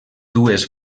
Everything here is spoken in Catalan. dues